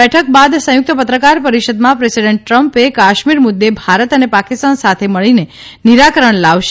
બેઠક બાદ સંયુક્ત પત્રકાર પરિષદમાં પ્રેસિડન્ટ ટ્રમ્પે કાશ્મીર મુદ્દે ભારત ને પાકિસ્તાન સાથે મળીને નિરાકરણ લાવશે